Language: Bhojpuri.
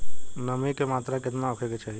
नमी के मात्रा केतना होखे के चाही?